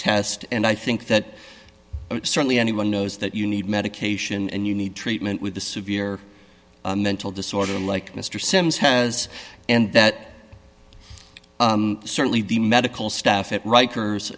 test and i think that certainly anyone knows that you need medication and you need treatment with a severe mental disorder like mr sims has and that certainly the medical staff at rikers